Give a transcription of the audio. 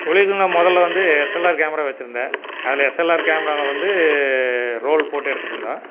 தொழில்னா முதல்ல வந்து SLR camera வெச்சுருந்தேன் அதுல எஸ்எல்ஆர் கேமராவில் வந்து ரோல் போட்டு எடுத்துகிட்ருந்தேன்